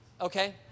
Okay